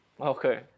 Okay